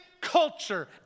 culture